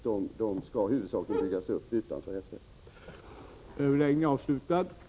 De skall huvudsakligen byggas upp utanför rättsväsendet.